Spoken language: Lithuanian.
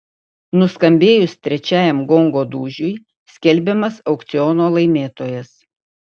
nuskambėjus trečiajam gongo dūžiui skelbiamas aukciono laimėtojas